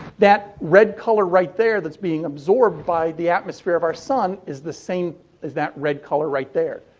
that red color right there that's being absorbed by the atmosphere of our sun is the same as that red color right there.